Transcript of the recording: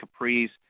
capris